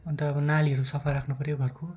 अन्त अब नालीहरू सफा राख्नुपर्यो घरको